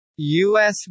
USB